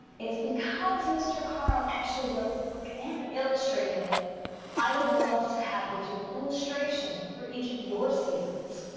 is because mr. carle actually wrote the book and illustrated it i would love to have you do an illustration for each of your seasons.